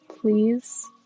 please